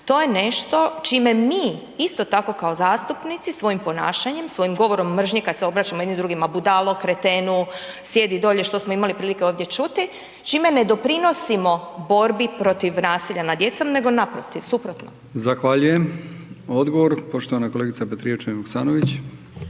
to je nešto čime mi, isto tako kao zastupnici, svojim ponašanjem, svojim govorom mržnje kad se obraćamo jedni drugima budalo, kretenu, sjedi dolje, što smo imali prilike ovdje čuti, čime ne doprinosimo borbi protiv nasilja nad djecom, nego naprotiv, suprotno. **Brkić, Milijan (HDZ)** Zahvaljujem. Odgovor, poštovana kolegica Petrijevčanin Vuksanović